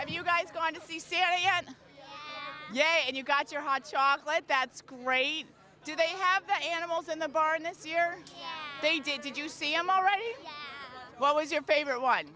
have you guys going to see santa at yeah and you got your hot chocolate that's great do they have the animals in the barn this year they did did you see i'm already what was your favorite one